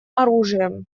оружием